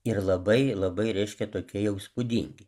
ir labai labai reiškia tokie jau įspūdingi